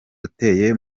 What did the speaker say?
uteye